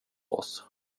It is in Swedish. oss